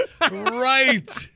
Right